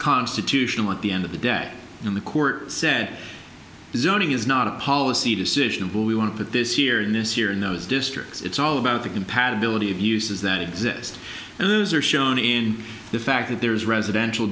constitutional at the end of the deck in the court said zoning is not a policy decision of what we want but this year in this year in those districts it's all about the compatibility of uses that exist and those are shown in the fact that there's residential